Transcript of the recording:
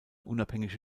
unabhängige